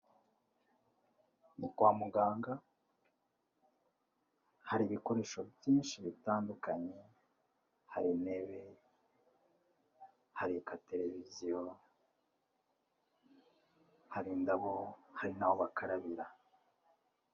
Kwa muganga hari ibikoresho byinshi bitandukanye, hari intebe, hari televiziyo, hari indabo hari n'aho bakarabira.